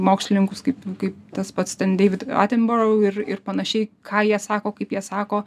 mokslininkus kaip kaip tas pats ten deivid atenbarau ir ir panašiai ką jie sako kaip jie sako